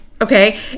Okay